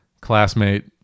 classmate